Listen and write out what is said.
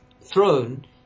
throne